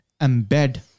embed